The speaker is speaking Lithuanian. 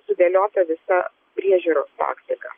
sudėliota visa priežiūros taktika